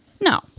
No